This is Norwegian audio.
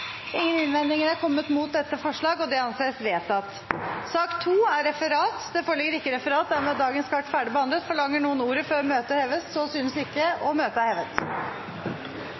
Det anses vedtatt. Det foreligger ikke noe referat. Dermed er dagens kart ferdigbehandlet. Forlanger noen ordet før møtet heves? – Møtet er hevet.